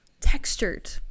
textured